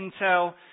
intel